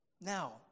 Now